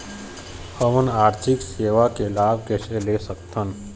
हमन आरथिक सेवा के लाभ कैसे ले सकथन?